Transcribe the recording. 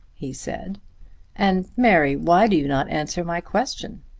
he said and, mary, why do you not answer my question?